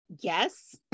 Yes